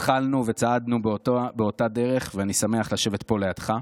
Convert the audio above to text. התחלנו וצעדנו באותה דרך, ואני שמח לשבת פה לידך,